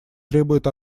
требует